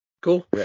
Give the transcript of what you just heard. Cool